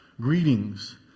greetings